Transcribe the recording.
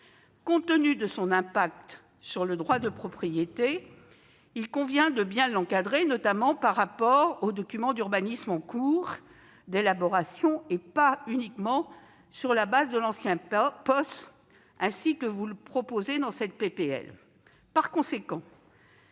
Compte tenu de son impact sur le droit de propriété, il convient de bien l'encadrer, notamment par rapport aux documents d'urbanisme en cours d'élaboration, et pas uniquement sur la base de l'ancien POS, ainsi que vous le proposez dans cette proposition